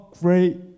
great